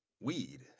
weed